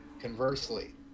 conversely